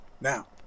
Now